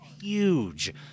huge